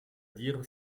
dire